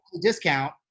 discount